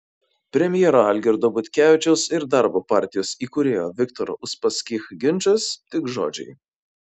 premjero algirdo butkevičiaus ir darbo partijos įkūrėjo viktoro uspaskich ginčas tik žodžiai